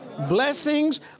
Blessings